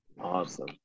Awesome